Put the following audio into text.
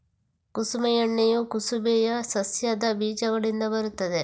ಕುಸುಮ ಎಣ್ಣೆಯು ಕುಸುಬೆಯ ಸಸ್ಯದ ಬೀಜಗಳಿಂದ ಬರುತ್ತದೆ